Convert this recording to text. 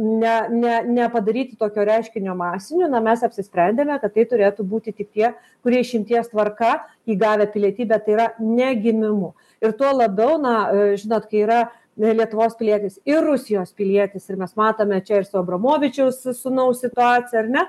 ne ne nepadaryti tokio reiškinio masiniu na mes apsisprendėme kad tai turėtų būti tik tie kurie išimties tvarka įgavę pilietybę tai yra ne gimimu ir tuo labiau na žinot kai yra ne lietuvos pilietis ir rusijos pilietis ir mes matome čia ir su abramovičiaus sūnaus situacija ar ne